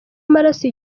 amaraso